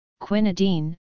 quinidine